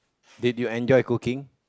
did you enjoy cooking